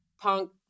punk